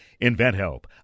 InventHelp